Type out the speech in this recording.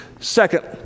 Second